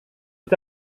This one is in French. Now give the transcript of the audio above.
est